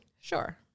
sure